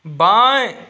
बाएँ